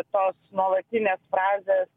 tos nuolatinės frazės